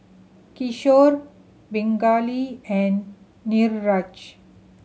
Kishore Pingali and Niraj